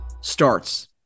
starts